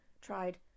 tried